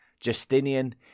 Justinian